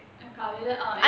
எனக்கு அவ்ளோ:enakku avlo